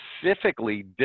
specifically